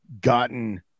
gotten